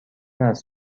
است